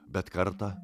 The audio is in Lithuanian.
bet kartą